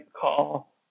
call